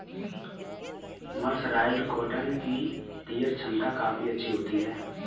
mercerised cotton की tear छमता काफी अच्छी होती है